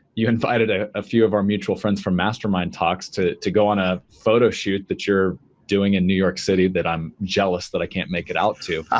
you've invited ah a few of our mutual friends from mastermind talks to to go on a photo shoot that you're doing in new york city that i'm jealous that i can't make it out to.